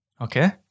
Okay